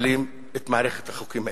מקבלים את מערכת החוקים האלה.